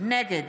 נגד